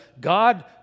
God